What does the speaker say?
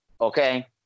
Okay